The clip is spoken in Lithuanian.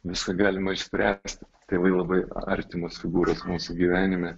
viską galima išspręsti tėvai labai artimos figūros mūsų gyvenime